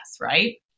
right